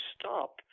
stop